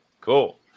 cool